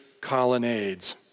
colonnades